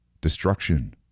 destruction